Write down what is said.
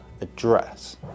address